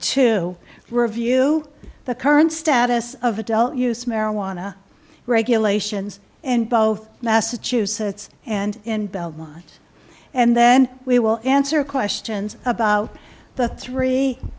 to review the current status of adult use marijuana regulations in both massachusetts and in belmont and then we will answer questions about the three